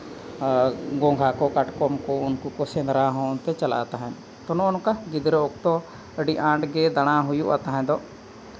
ᱜᱚᱸᱜᱷᱟ ᱠᱚ ᱠᱟᱴᱠᱚᱢ ᱠᱚ ᱩᱱᱠᱩ ᱦᱚᱸ ᱥᱮᱸᱫᱽᱨᱟ ᱦᱚᱸ ᱚᱱᱛᱮ ᱪᱟᱞᱟᱜ ᱛᱟᱦᱮᱸᱫ ᱛᱳ ᱱᱚᱜᱼᱚᱸᱭ ᱱᱚᱝᱠᱟ ᱜᱤᱫᱽᱨᱟᱹ ᱚᱠᱛᱚ ᱟᱹᱰᱤ ᱟᱸᱴ ᱜᱮ ᱫᱟᱬᱟ ᱦᱩᱭᱩᱜ ᱛᱟᱦᱮᱸᱫᱚᱜ